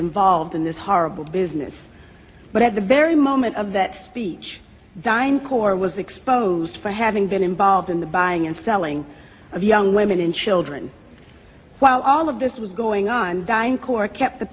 involved in this horrible business but at the very moment of that speech dein core was exposed for having been involved in the buying and selling of young women and children while all of this was going on in cork kept the